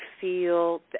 feel